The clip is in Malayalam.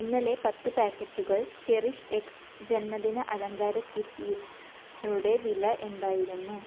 ഇന്നലെ പത്ത് പായ്ക്കറ്റുകൾ ചെറിഷ് എക്സ് ജന്മദിന അലങ്കാരം കിറ്റിയു യുടെ വില എന്തായിരുന്നു